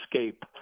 escape